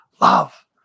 love